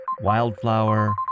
Wildflower